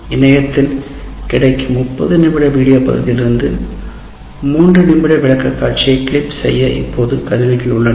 இணையத்தில் கிடைக்கும் 30 நிமிட வீடியோ பகுதியிலிருந்து 3 நிமிட விளக்கக்காட்சியை கிளிப் செய்ய இப்போது கருவிகள் உள்ளன